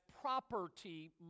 property